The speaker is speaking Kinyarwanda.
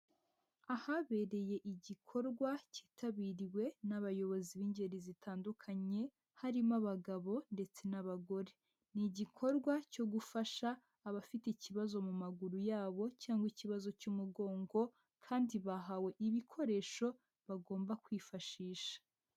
Ahabereye igikorwa cyitabiriwe n'abayobozi b'ingeri zitandukanye, harimo abagabo ndetse n'abagore, ni igikorwa cyo gufasha abafite ikibazo mu maguru yabo cyangwa ikibazo cy'umugongo kandi bahawe ibikoresho bagomba kwifashisha.